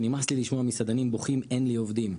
נמאס לי לשמוע מסעדנים בוכים שאין להם עובדים.